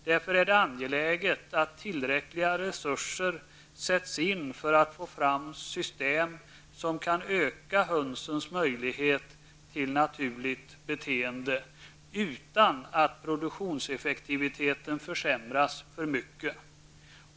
Därför är det angeläget att tillräckliga resurser sätts in för att få fram system som kan öka hönsens möjlighet till naturligt beteende, utan att produktionseffektiviteten försämras för mycket.